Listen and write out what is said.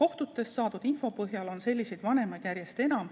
Kohtutest saadud info põhjal on selliseid vanemaid järjest enam,